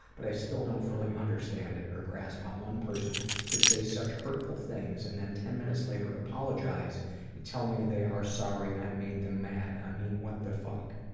but i still don't fully understand it or grasp at how one person can say such hurtful things and then ten minutes later apologize and tell me they are sorry i made them mad, i mean what the fuck.